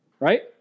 Right